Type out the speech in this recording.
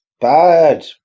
Bad